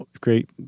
great